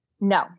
No